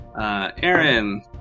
Aaron